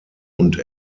und